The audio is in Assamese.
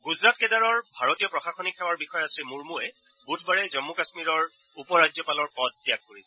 গুজৰাট কেদাৰৰ ভাৰতীয় প্ৰশাসনিক সেৱাৰ বিষয়া শ্ৰীমূৰ্মুৱে বুধবাৰে জম্মু কাশ্মীৰৰ উপ ৰাজ্যপালৰ পদ ত্যাগ কৰিছিল